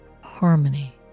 harmony